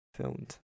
filmed